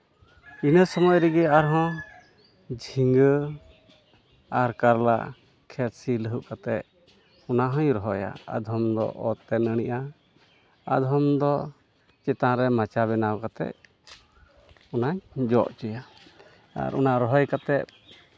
ᱤᱱᱟᱹ ᱥᱚᱢᱚᱭ ᱨᱮᱜᱮ ᱟᱨᱦᱚᱸ ᱡᱷᱤᱸᱜᱟᱹ ᱟᱨ ᱠᱟᱨᱞᱟ ᱠᱷᱮᱛ ᱥᱤ ᱞᱟᱹᱦᱩᱫ ᱠᱟᱛᱮᱫ ᱚᱱᱟ ᱦᱚᱧ ᱨᱚᱦᱚᱭᱟ ᱟᱫᱷᱚᱢ ᱫᱚ ᱚᱛ ᱛᱮ ᱱᱟᱹᱲᱤᱜᱼᱟ ᱟᱫᱷᱚᱢ ᱫᱚ ᱪᱮᱛᱟᱱ ᱨᱮ ᱢᱟᱪᱟ ᱵᱮᱱᱟᱣ ᱠᱟᱛᱮᱫ ᱚᱱᱟᱧ ᱡᱚ ᱦᱚᱪᱚᱭᱟ ᱟᱨ ᱚᱱᱟ ᱨᱚᱦᱚᱭ ᱠᱟᱛᱮᱫ